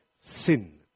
sin